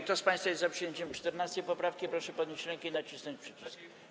Kto z państwa jest za przyjęciem 14. poprawki, proszę podnieść rękę i nacisnąć przycisk.